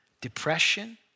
Depression